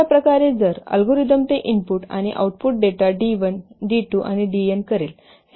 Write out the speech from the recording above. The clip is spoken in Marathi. अशा प्रकारे जर अल्गोरिदम ते इनपुट आणि आउटपुट डेटा डी 1 डी 2 आणि डी एन करेल